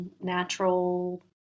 natural